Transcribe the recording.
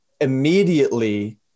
immediately